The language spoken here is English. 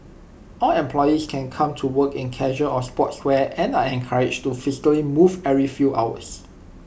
all employees can come to work in casual or sportswear and are encouraged to physically move every few hours